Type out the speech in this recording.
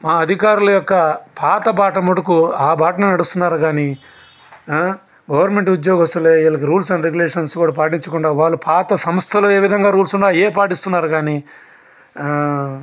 మా అధికారులు యొక్క పాత బాట మటుకు ఆ బాటనే నడుస్తున్నారు కానీ గవర్నమెంట్ ఉద్యోగస్థులే వీళ్ళకి రూల్స్ అండ్ రెగ్యులేషన్స్ కూడ పాటిచ్చకుండా వాళ్ళ పాత సంస్థలో ఏ విధంగా రూల్స్ ఉన్నాయో అయ్యే పాటిస్తున్నారు కానీ